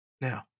Now